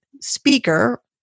speaker